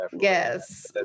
Yes